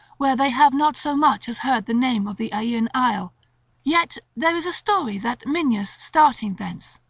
where they have not so much as heard the name of the aeaean isle yet there is a story that minyas starting thence,